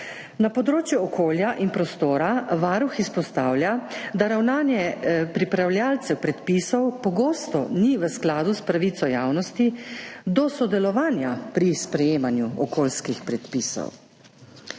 Na področju okolja in prostora Varuh izpostavlja, da ravnanje pripravljavcev predpisov pogosto ni v skladu s pravico javnosti do sodelovanja pri sprejemanju okoljskih predpisov.